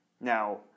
Now